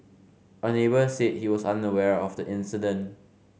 a neighbour said he was unaware of the incident